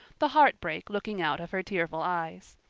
the heartbreak looking out of her tearful eyes.